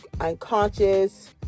Unconscious